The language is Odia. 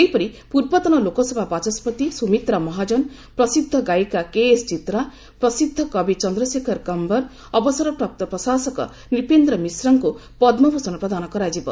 ସେହିପରି ପୂର୍ବତନ ଲୋକସଭା ବାଚସ୍କତି ସୁମିତ୍ରା ମହାଜନ ପ୍ରସିଦ୍ଧ ଗାୟିକା କେଏସ ଚିତ୍ରା ପ୍ରସିଦ୍ଧ କବି ଚନ୍ଦ୍ରଶେଖର କୟରଅବସରପ୍ରାପ୍ତ ପ୍ରଶାସକ ନ୍ରିପେନ୍ଦ୍ର ମିଶ୍ରାଙ୍କୁ ପଦ୍ମଭୂଷଣ ପ୍ରଦାନ କରାଯିବ